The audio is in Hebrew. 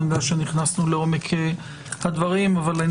אני יודע שנכנסנו לעומק הדברים אבל אין